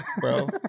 bro